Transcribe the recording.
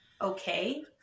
okay